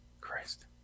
Christ